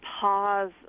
pause